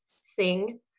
sing